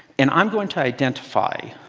and i'm going to identify